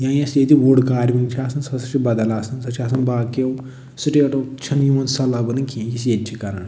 یا یُس ییٚتہِ وُڈ کاروِنٛگ چھِ آسان سۄ ہسا چھِ بدل آسان سۄ چھِ آسان باقیو سِٹیٹو چھَنہٕ سۄ لَبنہٕ یِوان کیٚنٛہہ یُس ییٚتہِ چھِ کَران